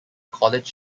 college